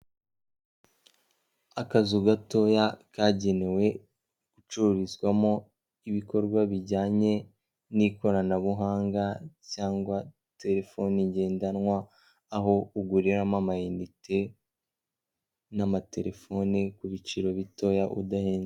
Akazu gatoya kagenewe gucururizwamo ibikorwa bijyanye n'ikoranabuhanga cyangwa terefoni ngendanwa aho uguriramo amayinite n'amaterefoni ku biciro bitoya udahenzwe.